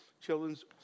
children's